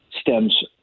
stems